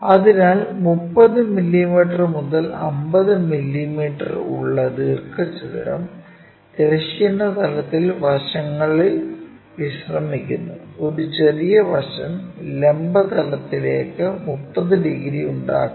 അതിനാൽ 30 മില്ലീമീറ്റർ മുതൽ 50 മില്ലീമീറ്റർ ഉള്ള ദീർഘചതുരം തിരശ്ചീന തലത്തിൽ വശങ്ങളിൽ വിശ്രമിക്കുന്നു ഒരു ചെറിയ വശം ലംബ തലത്തിലേക്ക് 30 ഡിഗ്രി ഉണ്ടാക്കുന്നു